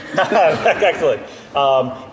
Excellent